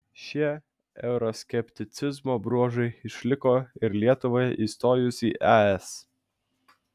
šie euroskepticizmo bruožai išliko ir lietuvai įstojus į es